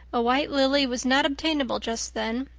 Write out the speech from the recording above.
a white lily was not obtainable just then,